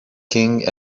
king